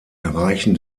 erreichen